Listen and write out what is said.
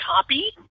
copy